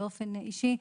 באופן אישי,